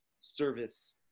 service